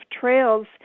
Trails